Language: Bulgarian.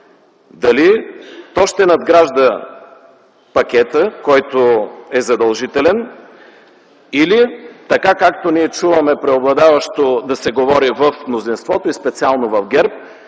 дали то ще надгражда пакета, който е задължителен, или така, както ние чуваме преобладаващо да се говори в мнозинството и специално в ГЕРБ,